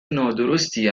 نادرستی